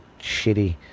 shitty